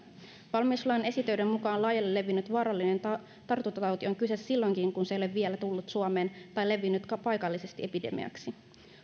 valmiuslain esitöiden mukaan laajalle levinnyt vaarallinen tartuntatauti on kyseessä silloinkin kun se ei ole vielä tullut suomeen tai levinnyt paikallisesti epidemiaksi